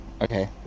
okay